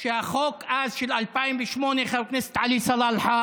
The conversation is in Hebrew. שהחוק אז של 2008, חבר הכנסת עלי סלאלחה,